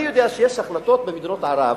אני יודע שיש החלטות במדינות ערב,